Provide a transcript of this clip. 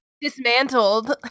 dismantled